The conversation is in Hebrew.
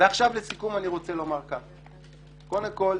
לכם,